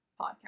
podcast